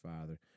Father